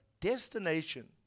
destination